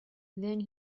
then